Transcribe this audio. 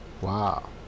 Wow